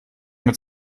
mit